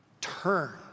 turn